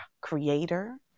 creator